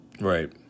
Right